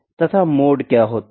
तथा मोड क्या होता है